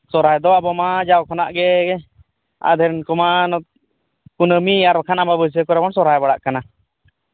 ᱥᱚᱦᱨᱟᱭ ᱫᱚ ᱟᱵᱚ ᱢᱟ ᱡᱟᱣ ᱠᱷᱚᱱᱟᱜ ᱜᱮ ᱟᱫᱷᱮᱱ ᱠᱚᱢᱟ ᱠᱩᱱᱟᱹᱢᱤ ᱟᱨ ᱵᱟᱝᱠᱷᱟᱱ ᱟᱢᱵᱟᱵᱟᱹᱥᱭᱟᱹ ᱠᱚᱨᱮ ᱵᱚᱱ ᱥᱚᱦᱨᱟᱭ ᱵᱟᱲᱟᱜ ᱠᱟᱱᱟ